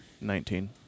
nineteen